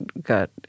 got